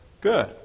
good